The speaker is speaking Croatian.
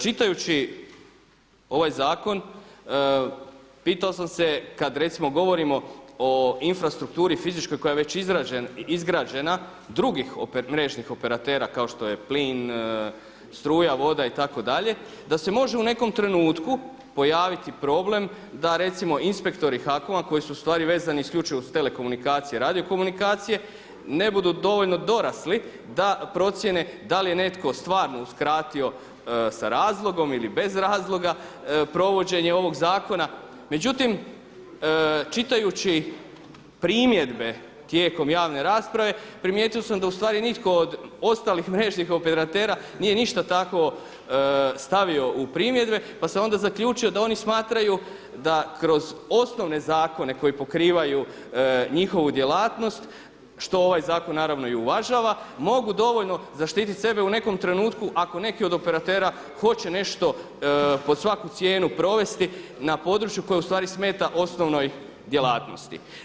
Čitajući ovaj zakon pitao sam se, kada recimo govorimo o infrastrukturi fizičkoj koja je već izgrađena drugi mrežnih operatera kao što je plin, struja, voda itd., da se može u nekom trenutku pojaviti problem da recimo inspektori HAKOM-a koji su ustvari vezani isključivo uz telekomunikacije, radiokomunikacije ne budu dovoljno dorasli da procjene da li je netko stvarno uskratio sa razlogom ili bez razloga provođenje ovog zakona. međutim, čitajući primjedbe tijekom javne rasprave primijetio sam da ustvari nitko od ostalih mrežnih operatera nije ništa takvo stavio u primjedbe pa sam onda zaključio da oni smatraju da kroz osnovne zakone koji pokrivanju njihovu djelatnost, što ovaj zakon naravno i uvažava mogu dovoljno zaštiti sebe u nekom trenutku ako neki od operatera hoće nešto pod svaku cijenu provesti na podruju koje ustvari smeta osnovnoj djelatnosti.